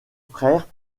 frères